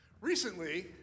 Recently